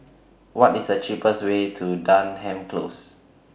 What IS The cheapest Way to Denham Close